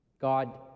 God